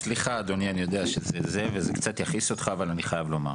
סליחה אדוני אני יודע שזה קצת יכעיס אותך אבל אני חייב לומר,